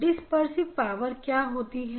dispersive power क्या होती है